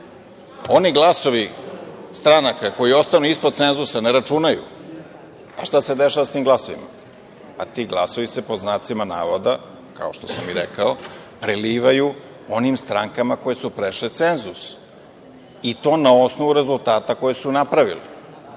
oni glasovi stranaka koji ostanu ispod cenzusa ne računaju. A šta se dešava s tim glasova? Ti glasovi se, pod znacima navoda, kao što sam i rekao, prelivaju onim strankama koje su prešle cenzus, i to na osnovu rezultata koje su napravili.